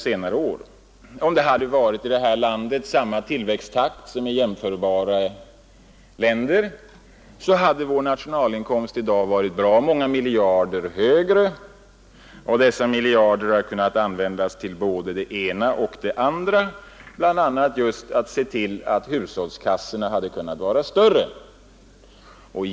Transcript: Om vi här i landet haft samma tillväxttakt som man haft i jämförbara länder, hade vår nationalinkomst i dag varit många miljarder högre, och dessa miljarder hade kunnat användas till både det ena och det andra; bl.a. hade man just kunnat se till att hushållskassorna varit större.